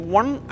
one